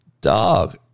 dog